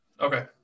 Okay